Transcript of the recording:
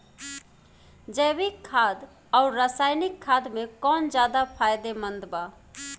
जैविक खाद आउर रसायनिक खाद मे कौन ज्यादा फायदेमंद बा?